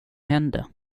hände